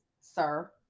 sir